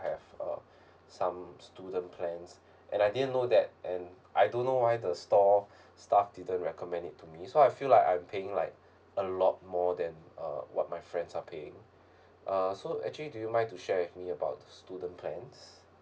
have uh some student plans and I didn't know that and I don't know why the store staff didn't recommend it to me so I feel like I'm paying like a lot more than uh what my friends are paying uh so actually do you mind to share with me about student plans